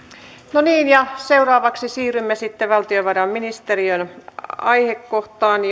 no niin ja seuraavaksi siirrymme sitten valtiovarainministeriön aihekohtaan